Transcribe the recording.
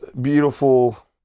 beautiful